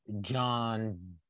John